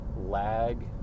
lag